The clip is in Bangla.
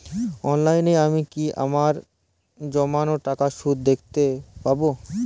অনলাইনে আমি কি আমার জমানো টাকার সুদ দেখতে পবো?